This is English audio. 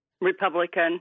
Republican